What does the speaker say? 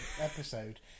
episode